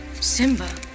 Simba